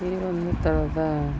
ಈ ಒಂದು ಥರದ